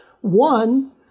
One